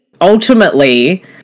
ultimately